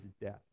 death